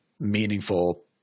meaningful